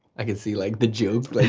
i can see like the jokes